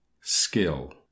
Skill